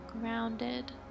grounded